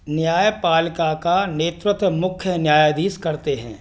न्यायपालिका का नेतृत्व मुख्य न्यायाधीश करते हैं